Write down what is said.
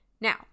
Now